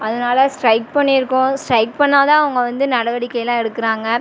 அதனால ஸ்ட்ரைக் பண்ணியிருக்கோம் ஸ்ட்ரைக் பண்ணாதான் அவங்க வந்து நடவடிக்கைலாம் எடுக்கறாங்க